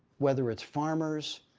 whether it's farmers